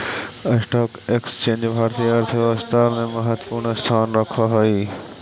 stock exchange भारतीय अर्थव्यवस्था में महत्वपूर्ण स्थान रखऽ हई